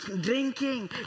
Drinking